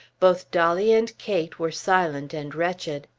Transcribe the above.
both dolly and kate were silent and wretched.